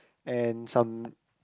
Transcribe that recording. and some